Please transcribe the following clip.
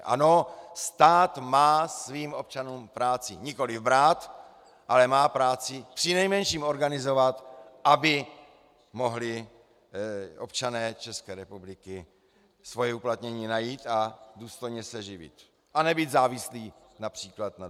Ano, stát má svým občanům práci nikoli brát, ale má práci přinejmenším organizovat, aby mohli občané České republiky svoje uplatnění najít a důstojně se živit a nebýt závislí například na dávkách.